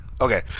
Okay